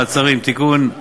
מעצרים) (תיקון,